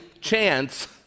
chance